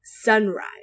sunrise